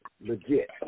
legit